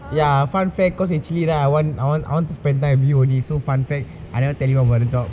ya fun fact cause actually lah I want I want to spend time with you only so fun fact I never tell him about the job